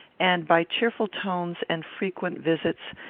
and, by cheerful tones and frequent visits,